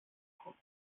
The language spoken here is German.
kommt